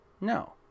no